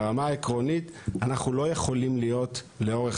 ברמה העקרונית אנחנו לא יכולים להיות לאורך